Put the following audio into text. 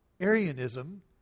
Arianism